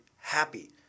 happy